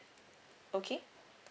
okay